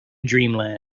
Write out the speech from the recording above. dreamland